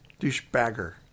Douchebagger